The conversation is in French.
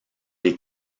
des